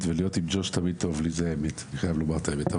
ולהיות עם ג'וש תמיד טוב לי זו האמת ואני חייב לומר את האמת.